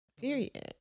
period